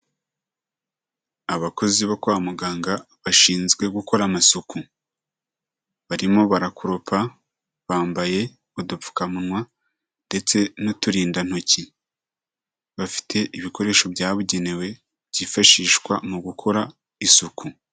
Abakozi bo kwa muganga bashinzwe gukora amasuku, barimo barakoropa, bambaye udupfukawa ndetse n'uturindantoki, bafite ibikoresho byabugenewe byifashishwa mu gukora isuku.